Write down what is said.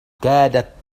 كادت